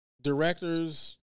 directors